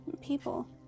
People